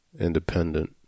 independent